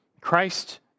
Christ